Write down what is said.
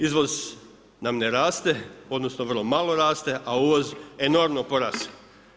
Izvoz nam ne raste, odnosno vrlo malo raste a uvoz enormno porastao.